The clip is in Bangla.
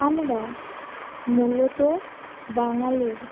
আমরা মূলত বাঙালির